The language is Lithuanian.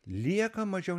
lieka mažiau